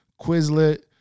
Quizlet